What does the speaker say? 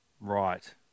Right